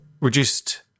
reduced